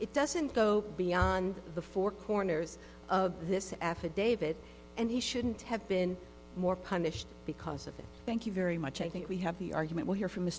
it doesn't go beyond the four corners of this affidavit and he shouldn't have been more punished because of the thank you very much i think we have the argument we'll hear from